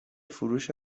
فروش